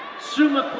summa